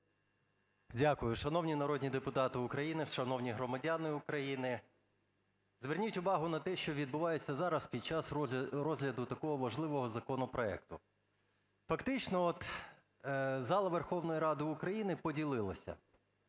Дякую. Шановні народні депутати України! Шановні громадяни України! Зверніть увагу на те, що відбувається зараз під час розгляду такого важливого законопроекту. Фактично, от, зала Верховної Ради України поділилася.